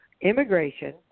immigration